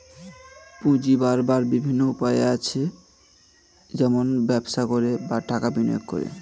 পুঁজি বাড়াবার বিভিন্ন উপায় আছে, যেমন ব্যবসা করে, বা টাকা বিনিয়োগ করে